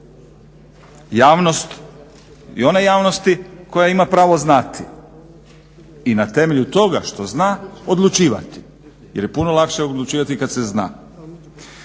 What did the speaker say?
Javnost, i one javnosti koja ima pravo znati i na temelju toga što zna odlučivati jer je puno lakše odlučivati kad se zna.